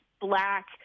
Black